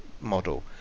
model